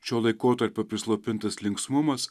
šio laikotarpio prislopintas linksmumas